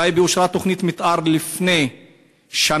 בטייבה אושרה תוכנית מתאר לפני שנה,